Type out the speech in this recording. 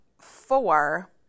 four